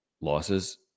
losses